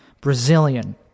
Brazilian